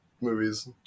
movies